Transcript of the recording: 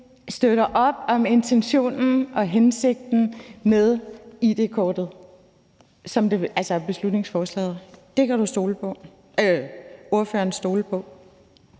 støtter op om intentionen og hensigten med beslutningsforslaget. Det kan du – altså ordføreren – stole på.